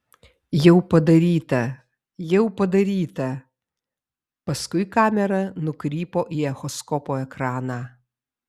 jau padaryta jau padaryta paskui kamera nukrypo į echoskopo ekraną